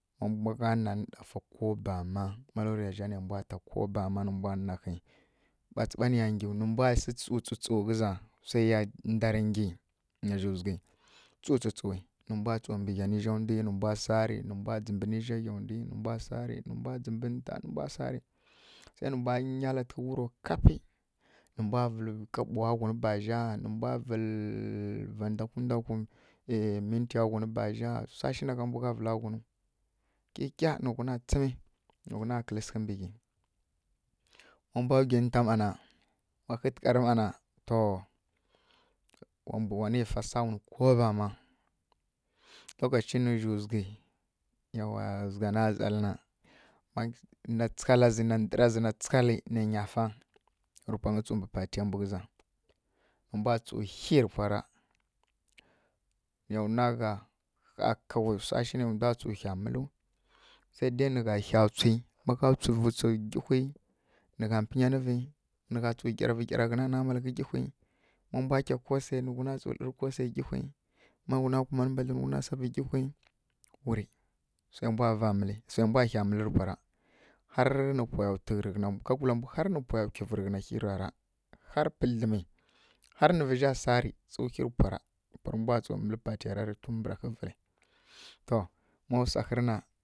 Má gha nanǝ ko bama ko bama nǝ mbwa nhaghǝ, ɓacǝɓa nǝya nggyiw, nǝ mbwa sǝghǝ tsǝ tsǝw ghǝza, swai ya ndarǝ nggyi nǝ zhi zughǝi, tsǝw tsǝ tsǝw nǝ mbwa tsǝw mbǝ ghya ninja ndwi nǝ mbwa sarǝ nǝ mbwa dzǝmbǝ mbǝ ninja ghya ndwi nǝ mbwa sarǝ nǝ mbwa dzǝmbǝ nǝ zha nǝ mbwa sarǝ, nǝ mbwa dzǝmbǝ nǝ nta nǝ mbwa sarǝ gwi nǝ mbwa lǝlanya ntǝkǝi uro kapǝi nǝ mbwa vǝlǝ kaɓowa ghun bazha nǝ mbwa ˈyi mntiya ghun bazha swa shi na gha mbu gha vǝla ghunu, kyikya nǝ ghuna tsǝmǝ. Nǝ ghunakǝ́lǝ́ sǝghǝ mbǝ ghyi, ma mbwa nggyi nta mana, ma hǝtǝharǝ mma na, to wanǝ fa ko ra mmá lokaci nǝ zhi zughǝ zugha na zalǝ na, na tsǝgha la zǝ na ndǝrǝ nai nya fa rǝ pwangǝ tsǝ mbǝ patiya mbu ghǝza. Nǝ mbwa tsǝw hi rǝ pwara, nǝya nwa gha kawai swa shi nai mbwa tsǝw hia mǝlǝw sai dai nǝ hya tswi ma gha tswivǝ tswi nggyihwi, nǝ gha mpǝnyanǝvǝ nǝ gha tsǝw gyaravǝ gyara ghuna nalamaghǝi nggyihwi ma mbwa nkya kosai nǝ ghuna tsǝw lǝrǝ kosai nggyihwi ma nuwa kumanǝ mbwagulǝ nǝ nuwa sǝghǝ mbǝ ghyi nǝ nggyihwi wurǝ. Swai mbwa va mǝlǝ swai mbwa hia mǝlǝ rǝ va ra, harǝ nǝ pwaya twi kyivǝ rǝ ghǝn hyi ra ra harǝ pǝdlǝmǝ harǝ nǝ vǝzha saǝ tsǝw hyi rǝ pwara pwarǝ mbwa tsǝw mǝlǝ patiya ra rǝ tun mbǝra hǝvǝlǝ, to má swa hǝrǝ na.